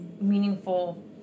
meaningful